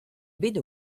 bet